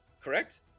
correct